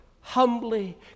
humbly